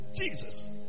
Jesus